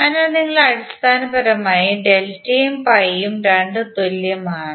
അതിനാൽ അടിസ്ഥാനപരമായി ഡെൽറ്റയും പൈയും രണ്ടും തുല്യമാണ്